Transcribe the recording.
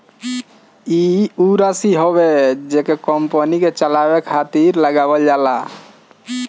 ई ऊ राशी हवे जेके कंपनी के चलावे खातिर लगावल जाला